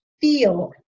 feel